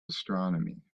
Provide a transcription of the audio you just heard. astronomy